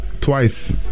Twice